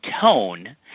tone